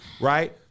right